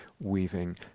weaving